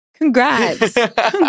Congrats